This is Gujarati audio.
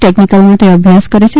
ટેકનીકલ માં અભ્યાસ કરે છે